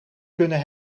kunnen